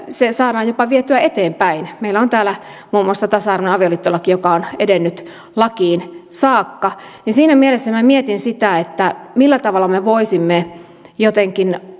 se saadaan jopa vietyä eteenpäin meillä on täällä muun muassa tasa arvoinen avioliittolaki joka on edennyt lakiin saakka siinä mielessä minä mietin sitä millä tavalla me voisimme